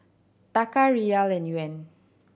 Taka Riyal and Yuan